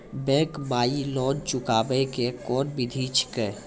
Bank माई loan चुकाबे के कोन बिधि छै?